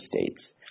states